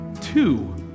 Two